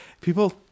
People